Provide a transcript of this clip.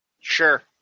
Sure